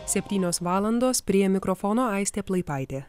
septynios valandos prie mikrofono aistė plaipaitė